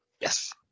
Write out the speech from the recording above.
yes